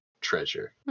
treasure